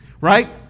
right